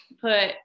put